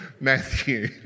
Matthew